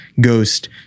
ghost